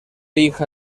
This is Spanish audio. hija